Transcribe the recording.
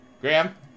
Graham